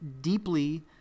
deeply